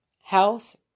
house